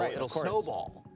ah it'll snowball.